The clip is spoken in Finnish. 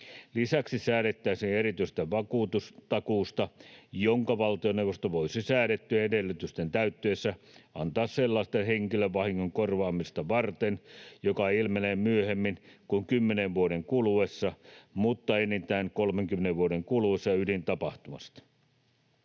Lisäksi säädettäisiin erityisestä vakuutustakuusta, jonka valtioneuvosto voisi säädettyjen edellytysten täyttyessä antaa sellaisen henkilövahingon korvaamista varten, joka ilmenee myöhemmin kuin 10 vuoden kuluessa, mutta enintään 30 vuoden kuluessa ydintapahtumasta.